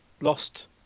lost